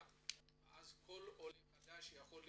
ואז שכל עולה חדש יוכל להכנס,